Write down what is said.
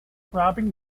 robbing